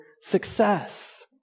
success